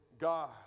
God